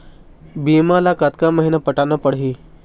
बीमा ला कतका महीना पटाना पड़ही?